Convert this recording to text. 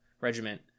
regiment